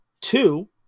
two